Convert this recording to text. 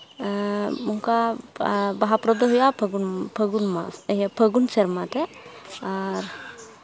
ᱚᱱᱠᱟ ᱵᱟᱦᱟ ᱯᱚᱨᱚᱵᱽ ᱫᱚ ᱦᱩᱭᱩᱜᱼᱟ ᱯᱷᱟᱹᱜᱩᱱ ᱯᱷᱟᱹᱜᱩᱱ ᱢᱟᱥ ᱤᱭᱟᱹ ᱯᱷᱟᱹᱜᱩᱱ ᱥᱮᱨᱢᱟ ᱨᱮ ᱟᱨ